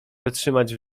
wytrzymać